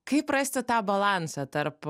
kaip rasti tą balansą tarp